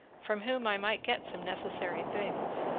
from whom i might get some necessary things.